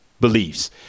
beliefs